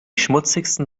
schmutzigsten